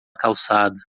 calçada